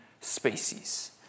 species